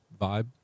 vibe